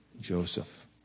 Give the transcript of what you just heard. Joseph